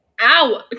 Ow